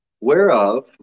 Whereof